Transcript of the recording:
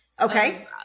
Okay